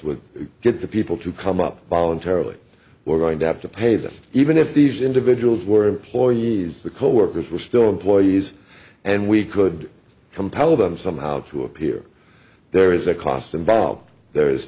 with get the people to come up voluntarily we're going to have to pay them even if these individuals were employees the coworkers were still employees and we could compel them somehow to appear there is a cost involved there is